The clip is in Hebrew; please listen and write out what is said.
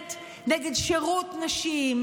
נגד שירות נשים,